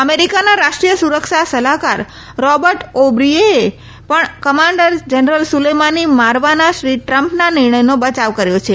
અમેરીકાના રાષ્ટ્રીય સુરક્ષા સલાહકાર રોબર્ટે ઓ બ્રીએને પણ કમાંડર જનરલ સુલેમાની મારવાના શ્રી ટ્રમ્પના નિર્ણથનો બયાવ કર્યો છે